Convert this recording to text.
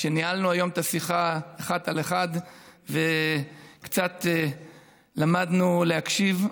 שניהלנו היום את השיחה אחד על אחת וקצת למדנו להקשיב,